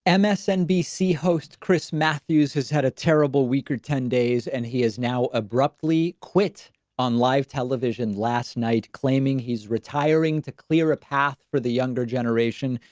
and msnbc host, chris matthews has had a terrible week or ten days and he is now abruptly quit on live television last night, claiming he's retiring to clear a path for the younger generation,